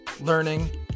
learning